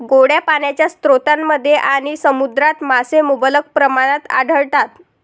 गोड्या पाण्याच्या स्रोतांमध्ये आणि समुद्रात मासे मुबलक प्रमाणात आढळतात